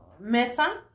Mesa